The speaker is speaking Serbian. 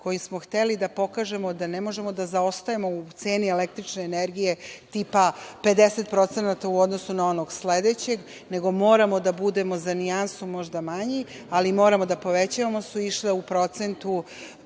kojim smo hteli da pokažemo da ne možemo da zaostajemo u ceni električne energije, tipa 50% u odnosu na onog sledećeg, nego moramo da budemo za nijansu manji, ali moramo da povećavamo, su išle od